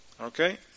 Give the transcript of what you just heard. okay